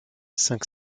cinq